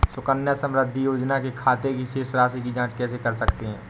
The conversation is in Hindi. सुकन्या समृद्धि योजना के खाते की शेष राशि की जाँच कैसे कर सकते हैं?